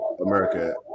America